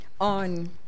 On